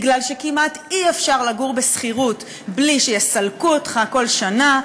כי כמעט אי-אפשר לגור בשכירות בלי שיסלקו אותך כל שנה,